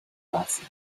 glasses